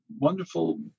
wonderful